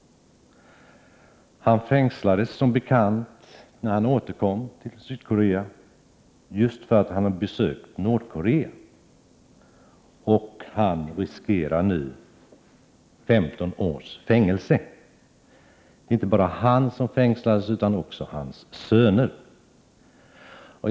Han fängslades som bekant när han återkom till Sydkorea, just därför att han hade besökt Nordkorea. Han riskerar nu 15 års fängelse. Inte bara han utan också hans söner fängslades.